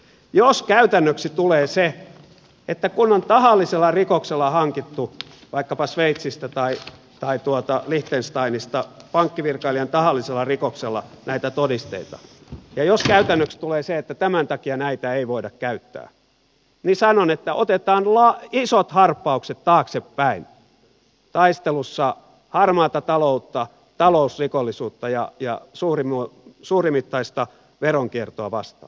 jos käytännöksi tulee se että kun on tahallisella rikoksella pankkivirkailijan tahallisella rikoksella hankittu vaikkapa sveitsistä tai tuhattaviittäsataa yli sata pankkivirkailijan tahallisella liechtensteinista näitä todisteita ja että tämän takia näitä ei voida käyttää niin sanon että otetaan isot harppaukset taaksepäin taistelussa harmaata taloutta talousrikollisuutta ja suurimittaista veronkiertoa vastaan